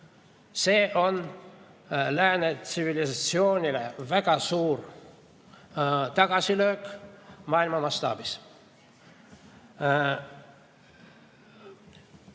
See on lääne tsivilisatsioonile väga suur tagasilöök maailma mastaabis.